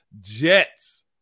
Jets